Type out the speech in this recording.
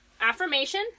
Affirmation